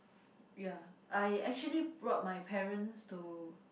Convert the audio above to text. ya I actually brought my parents to